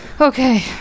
Okay